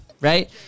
right